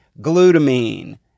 glutamine